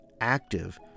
active